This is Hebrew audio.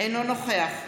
נגד